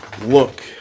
look